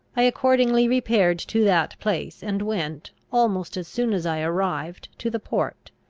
i accordingly repaired to that place, and went, almost as soon as i arrived, to the port.